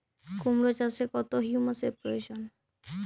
কুড়মো চাষে কত হিউমাসের প্রয়োজন?